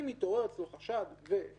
אם יתעורר אצלו חשד ועבירה,